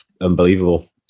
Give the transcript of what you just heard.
unbelievable